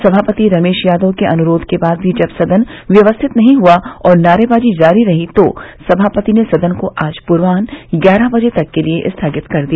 सभापति रमेश यादव के अनुरोध के बाद भी जब सदन व्यवस्थित नहीं हुआ और नारेबाजी जारी रही तो सभापति ने सदन को आज पूर्वान्ह ग्यारह बजे तक के लिये स्थगित कर दिया